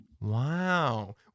Wow